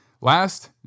Last